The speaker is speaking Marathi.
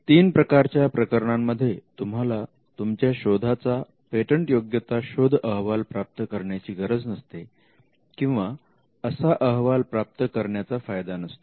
तीन प्रकारच्या प्रकरणांमध्ये तुम्हाला तुमच्या शोधाचा पेटंटयोग्यता शोध अहवाल प्राप्त करण्याची गरज नसते किंवा असा अहवाल प्राप्त करण्याचा फायदा नसतो